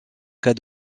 cas